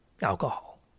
alcohol